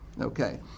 Okay